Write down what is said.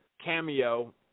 cameo